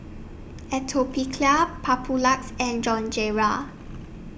Atopiclair Papulex and